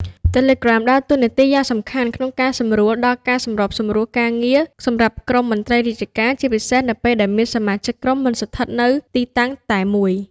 Telegram ដើរតួនាទីយ៉ាងសំខាន់ក្នុងការសម្រួលដល់ ការសម្របសម្រួលការងារ សម្រាប់ក្រុមមន្ត្រីរាជការ ជាពិសេសនៅពេលដែលសមាជិកក្រុមមិនស្ថិតនៅទីតាំងតែមួយ។